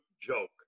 joke